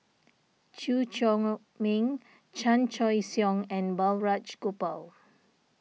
Chew Chor Meng Chan Choy Siong and Balraj Gopal